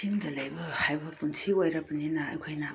ꯆꯤꯡꯗ ꯂꯩꯕ ꯍꯥꯏꯕ ꯄꯨꯟꯁꯤ ꯑꯣꯏꯔꯕꯅꯤꯅ ꯑꯩꯈꯣꯏꯅ